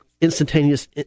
instantaneous